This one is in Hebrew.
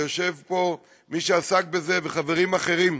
יושב פה מי שעסק בזה וחברים אחרים.